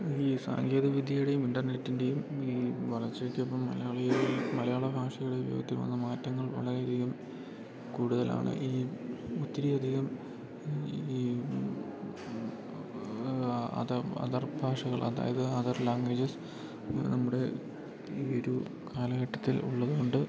ഈ സാങ്കേതികവിദ്യയുടെയും ഇൻ്റർനെറ്റിൻ്റെയും ഈ വളർച്ചയ്ക്കൊപ്പം മലയാളി മലയാള ഭാഷയുടെ ഉപയോഗത്തിൽ വന്ന മാറ്റങ്ങൾ വളരെയധികം കൂടുതലാണ് ഈ ഒത്തിരിയധികം ഈ അതർ ഭാഷകൾ അതായത് അതർ ലാംഗ്വേജസ് നമ്മുടെ ഈയൊരു കാലഘട്ടത്തിലുള്ളതുകൊണ്ട്